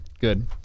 Good